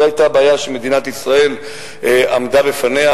זו היתה הבעיה שמדינת ישראל עמדה בפניה,